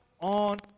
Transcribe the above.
on